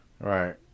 Right